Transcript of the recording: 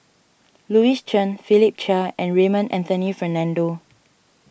Louis Chen Philip Chia and Raymond Anthony Fernando